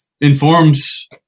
informs